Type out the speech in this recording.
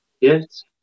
Yes